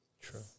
True